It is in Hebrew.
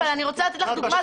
אני רוצה לתת לך דוגמה,